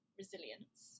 resilience